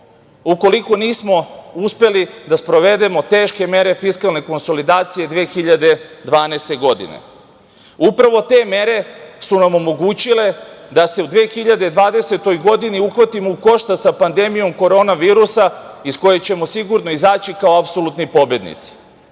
ukoliko nismo uspeli da sprovedemo teške mere fiskalne konsolidacije 2012. godine. Upravo te mere su nam omogućile da se u 2020. godini uhvatimo u koštac sa pandemijom korona virusa, iz koje ćemo sigurno izaći kao apsolutni pobednici,